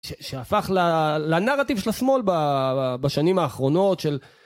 שהפך לנרטיב של השמאל בשנים האחרונות של